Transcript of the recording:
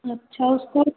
अच्छा उस पर